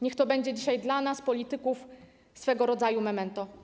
Niech to będzie dzisiaj dla nas, polityków, swego rodzaju memento.